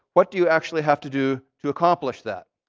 what do you actually have to do to accomplish that?